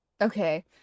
Okay